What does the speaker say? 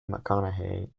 mcconaughey